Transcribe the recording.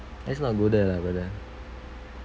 let's not go there lah brother